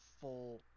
full